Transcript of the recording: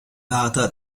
data